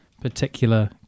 particular